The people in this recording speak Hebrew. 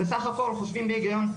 מרצים מבוגרים שדואגים לעצמם.